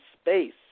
space